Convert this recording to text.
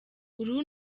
uru